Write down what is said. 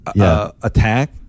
attack